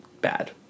bad